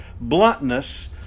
bluntness